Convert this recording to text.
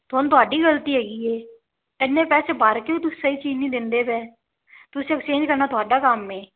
ਹੁਣ ਤੁਹਾਡੀ ਗਲਤੀ ਹੈਗੀ ਹੈ ਹੁਣ ਇੰਨੇ ਪੈਸੇ ਵਾਰ ਕੇ ਵੀ ਤੁਸੀਂ ਸਹੀ ਚੀਜ਼ ਨਹੀਂ ਦਿੰਦੇ ਪਏ ਤੁਸੀਂ ਐਕਸਚੇਂਜ ਕਰਨਾ ਤੁਹਾਡਾ ਕੰਮ ਹੈ